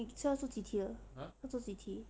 你知道她做几题了她做几题